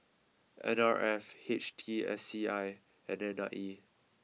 N R F H T S C I and N I E